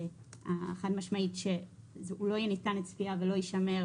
החד משמעית שהוא לא יהיה ניתן לצפייה ולא יישמר